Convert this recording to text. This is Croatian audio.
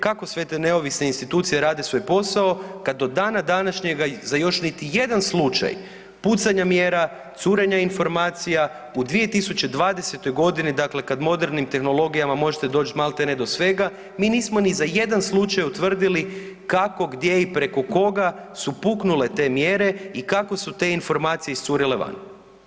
Kako sve te neovisne institucije rade svoj posao kada do dana današnjega za još niti jedan slučaj pucanja mjera, curenja informacija u 2020. godini dakle kada modernim tehnologijama možete doći maltene do svega mi nismo ni za jedan slučaj utvrdili kako, gdje i preko koga su puknule te mjere i kako su te informacije iscurile van?